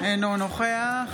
אינו נוכח